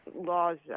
laws